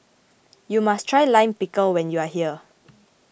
you must try Lime Pickle when you are here